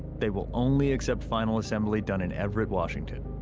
they will only accept final assembly done in everett, washington.